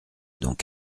donc